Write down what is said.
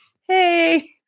hey